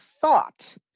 thought